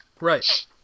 right